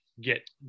get